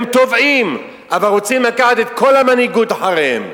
הם טובעים אבל רוצים לקחת את כל המנהיגות אחריהם.